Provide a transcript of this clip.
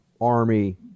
Army